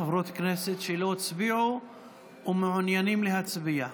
חברות כנסת שלא הצביעו ומעוניינים להצביע?